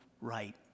right